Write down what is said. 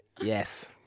Yes